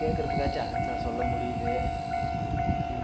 கேட்குறதுக்காச்சும் answer சொல்ல முடியுது